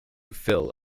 fill